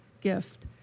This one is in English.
gift